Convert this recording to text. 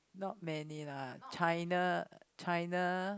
not many lah China China